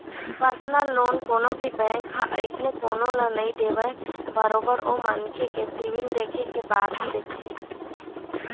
personal loan कोनो भी bank ह अइसने कोनो ल नइ देवय बरोबर ओ मनखे के सिविल देखे के बाद ही देथे